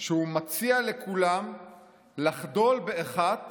שהוא מציע לכולם לחדול באחת